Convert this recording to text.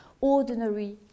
ordinary